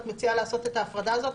את מציעה לעשות את ההפרדה הזאת?